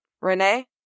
Renee